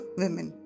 women